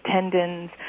tendons